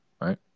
right